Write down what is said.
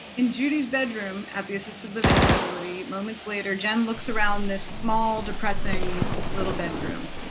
in judy bedroom at the assisted living facility moments later jen looks around the small depressing little bedroom.